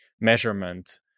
measurement